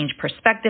perspective